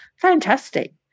fantastic